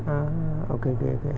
ah okay okay okay